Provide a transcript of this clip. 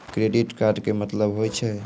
Credit card के मतलब होय छै?